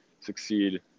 succeed